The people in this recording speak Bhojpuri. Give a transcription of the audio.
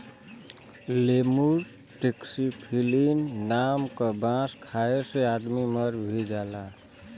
लेमुर टैक्सीफिलिन नाम क बांस खाये से आदमी मर भी जाला